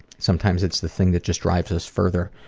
sometimes it's the thing that just drives us further.